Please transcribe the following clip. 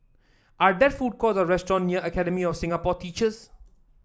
are there food courts or restaurant near Academy of Singapore Teachers